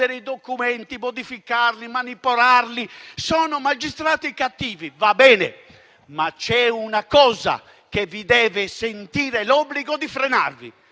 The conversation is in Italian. i documenti, di modificarli e di manipolarli. Sono magistrati cattivi, va bene. Ma c'è una cosa che vi deve far sentire l'obbligo di frenarvi: